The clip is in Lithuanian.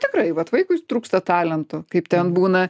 tikrai vat vaikui trūksta talentų kaip ten būna